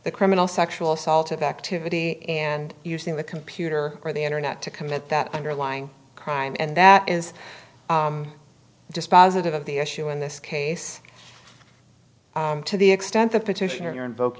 the criminal sexual assault of activity and using the computer or the internet to commit that underlying crime and that is dispositive of the issue in this case to the extent the petitioner you're invok